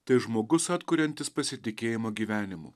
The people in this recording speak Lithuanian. tai žmogus atkuriantis pasitikėjimą gyvenimu